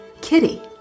Kitty